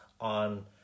on